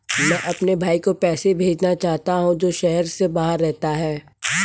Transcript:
मैं अपने भाई को पैसे भेजना चाहता हूँ जो शहर से बाहर रहता है